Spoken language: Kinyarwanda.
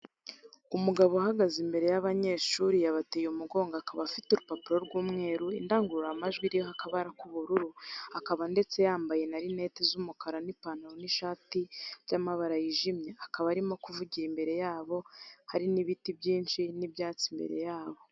Umugabo uhagaze imbere yabanyeshuri, yabateye umugongo akaba afite urupapuro rw’umweru, indangurura majwi iriho akabara k’ubururu, akaba ndetse yambaye na rinete z’umukara, n’ipantaro n’ishati byamabara yijimye, akaba arimo kuvugira imbere yabo, hari n’ibiti byinshi, nibyatsi imbere yabo.